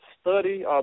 study